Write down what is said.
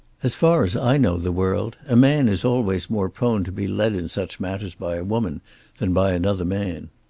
as far as i know the world a man is always more prone to be led in such matters by a woman than by another man.